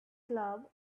club